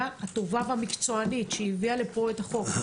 הטובה והמקצוענית שהביאה לפה את החוק.